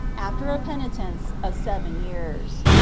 after a penitence of seven years.